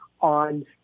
on